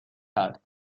کرد